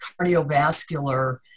cardiovascular